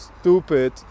stupid